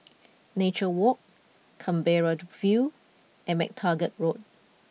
Nature Walk Canberra the View and MacTaggart Road